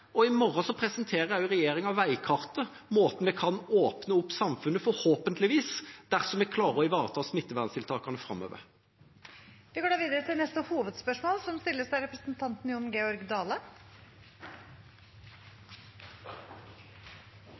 I morgen presenterer regjeringa veikartet, måten vi kan åpne opp samfunnet på – forhåpentligvis – dersom vi klarer å ivareta smitteverntiltakene framover. Vi går da videre til neste hovedspørsmål. Hovudspørsmålet mitt går til klima- og miljøministeren: Framstegspartiet er oppteke av